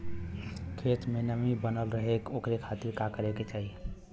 खेत में नमी बनल रहे ओकरे खाती का करे के चाही?